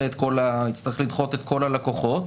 הוא יצטרך לדחות את כל הלקוחות,